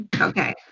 Okay